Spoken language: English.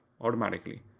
automatically